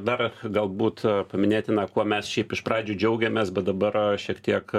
dar galbūt paminėtina kuo mes šiaip iš pradžių džiaugėmės bet dabar šiek tiek